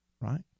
right